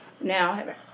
Now